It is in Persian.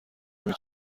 نمی